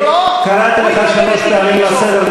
קראתי אותך שלוש פעמים לסדר,